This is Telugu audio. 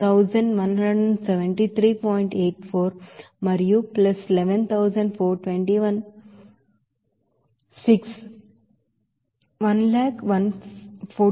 84 మరియు ప్లస్ 114216